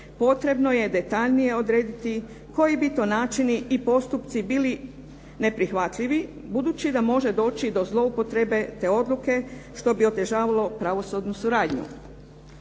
potrebno je detaljnije odrediti koji bi to načini i postupci bili neprihvatljivi budući da može doći do zloupotrebe te odluke što bi otežavalo pravosudnu suradnju.